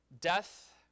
Death